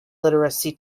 literacy